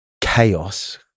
chaos